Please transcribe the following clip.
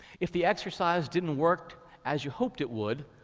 if the exercise didn't work as you hoped it would,